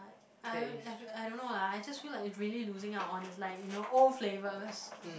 I I I don't know lah I just feel like it's really losing out on his line you know old flavours